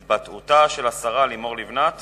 בנושא: התבטאותה של השרה לימור לבנת